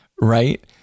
right